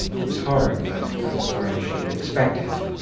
it was hard, but not as hard as she had expected.